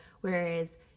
Whereas